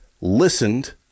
listened